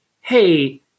Hey